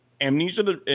Amnesia